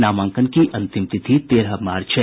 नामांकन की अंतिम तिथि तेरह मार्च है